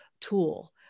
tool